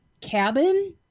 cabin